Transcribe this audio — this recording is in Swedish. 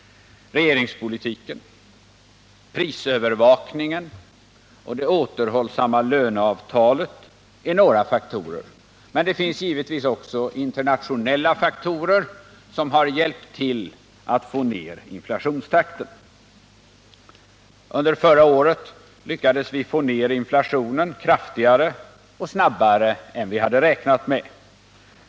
Regeringspolitiken, prisövervakningen och det återhållsamma löneavtalet är några faktorer, men det finns givetvis även internationella faktorer som har hjälpt till att få ned inflationstakten. Under förra året lyckades vi få ner inflationen kraftigare och snabbare än vad vi hade räknat med.